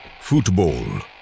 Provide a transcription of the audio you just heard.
football